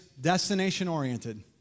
destination-oriented